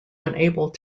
unable